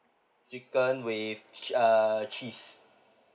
chicken with ch~ ch~ err cheese